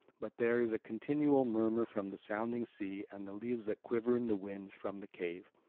but there is a continual murmur from the sounding sea and the leaves that quiver in the winds from the cave.